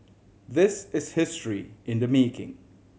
this is history in the making